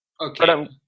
Okay